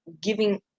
giving